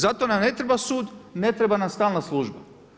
Za to nam ne treba sud, ne treba nam stalna služba.